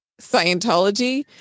Scientology